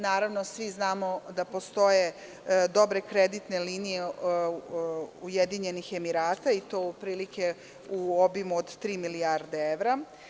Naravno, svi znamo da postoje dobre kreditne linije Ujedinjenih Emirata, i to otprilike u obimu od tri milijarde evra.